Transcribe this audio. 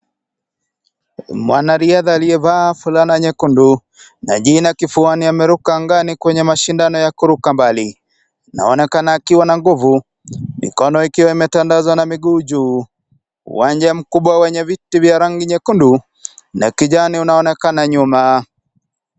Mwanariadha aliyevaa fulana nyekundu, na jina kifuani ameruka angani kwenye mashindano ya kuruka mbali. Anaonekana akiwa na nguvu, mikono ikiwa imetandazwa na miguu juu. Uwanja mkubwa wenye viti vya rangi nyekundu na kijani unaonekana nyuma.